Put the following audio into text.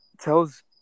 tells